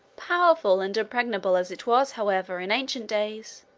powerful and impregnable as it was, however, in ancient days,